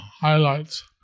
highlights